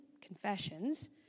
confessions